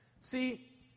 See